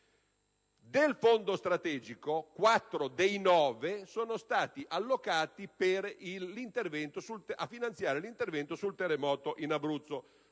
Del Fondo strategico, 4 dei 9 miliardi sono stati allocati per finanziare l'intervento sul terremoto in Abruzzo.